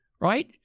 right